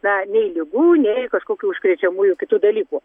na nei ligų nei kažkokių užkrečiamųjų kitų dalykų